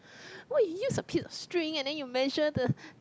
why you use a piece of string and then you measure the